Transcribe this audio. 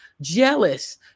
jealous